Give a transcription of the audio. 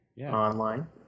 online